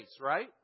right